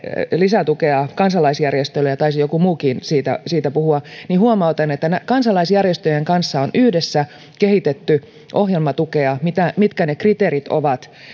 lisätukea kansalaisjärjestöille ja taisi joku muukin siitä siitä puhua huomautan että kansalaisjärjestöjen kanssa on yhdessä kehitetty ohjelmatukea mitkä ne kriteerit ovat